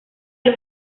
los